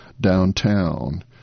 downtown